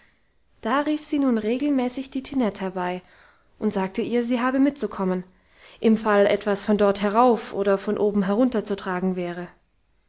da rief sie nun regelmäßig die tinette herbei und sagte ihr sie habe mitzukommen im fall etwas von dort herauf oder von oben herunterzutragen wäre